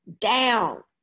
down